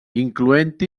incloent